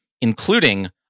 including